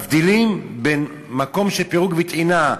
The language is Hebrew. מבדילים בין מקומות של פריקה וטעינה,